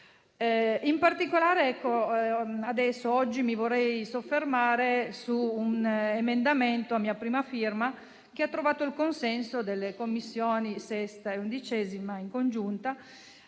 In particolare, oggi mi vorrei soffermare su un emendamento a mia prima firma, che ha trovato il consenso delle Commissioni riunite 6a e 11a, in una